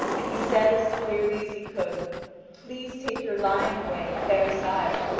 and he said as clearly as he could please take your lion away, fair sire,